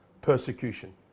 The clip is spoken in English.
Persecution